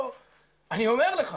אני אומר לך,